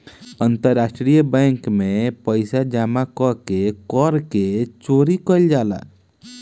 अंतरराष्ट्रीय बैंक में पइसा जामा क के कर के चोरी कईल जाला